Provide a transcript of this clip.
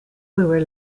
were